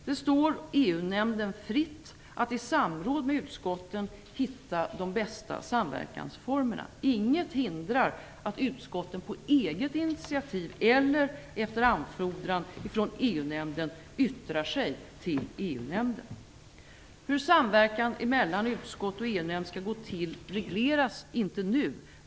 Det står EU-nämnden fritt att i samråd med utskotten finna de bästa samverkansformerna. Inget hindrar att utskotten på eget initiativ eller efter anfordran från EU-nämnden yttrar sig till EU nämnd skall gå till regleras inte nu.